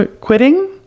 Quitting